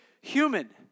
human